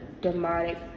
demonic